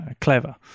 clever